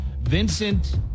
Vincent